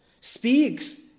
speaks